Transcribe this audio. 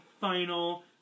final